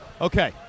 Okay